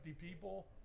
people